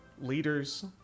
leaders